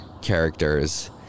characters